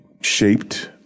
shaped